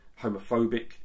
homophobic